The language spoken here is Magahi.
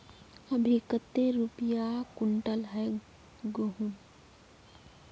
अभी कते रुपया कुंटल है गहुम?